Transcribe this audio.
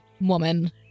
woman